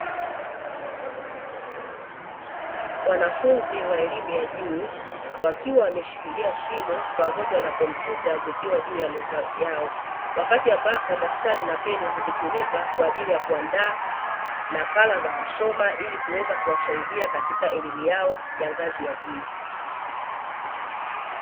Wanafunzi wa elimu ya juu wakiwa wameshikilia simu pamoja na kompyuta zikiwa juu ya meza yao, wakati ambapo daftari na peni zikitumika kwa ajili ya kuandaa nakala za kusoma ili kuweza kuwasaidia katika elimu yao ya ngazi ya juu.